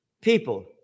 People